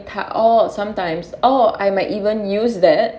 or sometimes or I might even use that